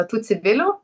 tų civilių